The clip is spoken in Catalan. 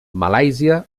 malàisia